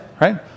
right